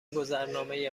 گذرنامه